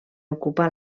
ocupar